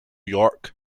york